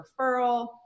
referral